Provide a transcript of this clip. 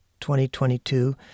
2022